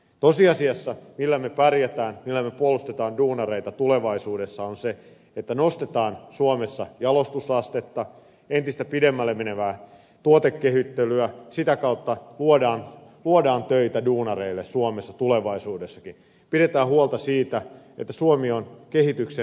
tosiasiassa se millä me pärjäämme millä me puolustamme duunareita tulevaisuudessa on se että nostetaan suomessa jalostusastetta entistä pidemmälle menevää tuotekehittelyä sitä kautta luodaan töitä duunareille suomessa tulevaisuudessakin pidetään huolta siitä että suomi on kehityksen etujoukossa